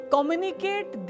Communicate